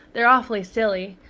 they're awfully silly,